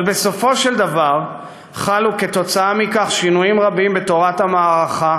אבל בסופו של דבר חלו כתוצאה מכך שינויים רבים בתורת המערכה